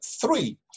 three